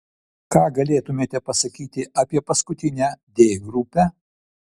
ką galėtumėte pasakyti apie paskutinę d grupę